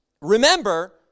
Remember